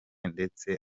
ndetse